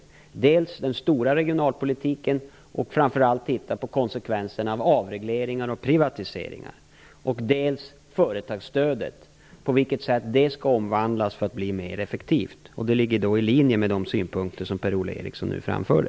Det gäller dels den stora regionalpolitiken där man framför allt skall se på konsekvenserna av avregleringar och privatiseringar, dels företagsstödet och på vilket sätt det skall omvandlas för att bli mer effektivt. Detta ligger i linje med de synpunkter som Per-Ola Eriksson nu framförde.